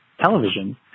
television